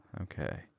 Okay